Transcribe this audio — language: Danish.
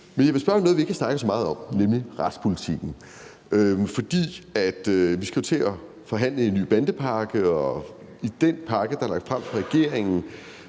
Men jeg vil spørge om noget, vi ikke har snakket så meget om, nemlig i retspolitikken. Vi skal jo til at forhandle en ny bandepakke, og i den pakke, der er lagt frem fra regeringen,